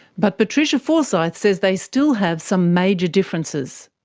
but patricia forsythe says they still have some major differences.